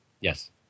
yes